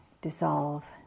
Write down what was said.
dissolve